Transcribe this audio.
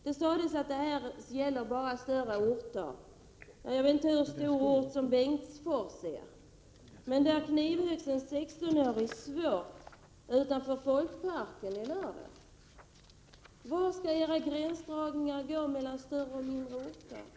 Det sades att det här bara skulle gälla större orter. Jag vet inte hur stor ort Bengtsfors är. Där knivhöggs i lördags en 16-åring svårt utanför Folkparken. Var skall era gränsdragningar mellan större och mindre orter göras?